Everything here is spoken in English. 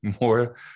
more